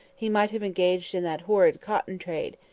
he might have engaged in that horrid cotton trade,